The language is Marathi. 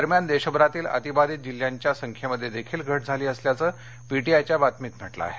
दरम्यान देशभरातील अति बाधित जिल्ह्यांच्या संख्येमध्ये देखील घट झाली असल्याचं पी टी आय च्या बातमीत म्हंटल आहे